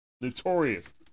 Notorious